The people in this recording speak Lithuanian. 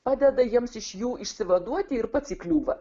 padeda jiems iš jų išsivaduoti ir pats įkliūva